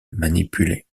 manipuler